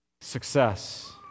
success